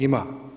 Ima.